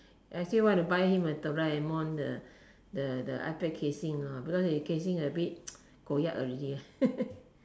I still want to buy him a Doraemon the the the iPad casing ah because his casing a bit koyak already